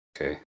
Okay